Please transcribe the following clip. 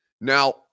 Now